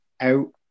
out